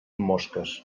mosques